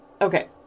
Okay